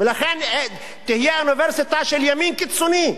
ולכן זו תהיה אוניברסיטה של ימין קיצוני,